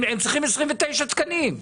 הם צריכים 29 תקנים.